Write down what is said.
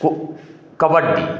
को कबड्डी